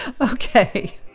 Okay